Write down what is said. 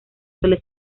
suele